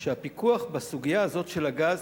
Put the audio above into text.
הפיקוח בסוגיה הזאת של הגז,